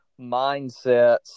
mindsets